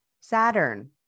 Saturn